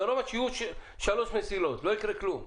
דרומה, שיהיו שלוש מסילות, לא יקרה כלום.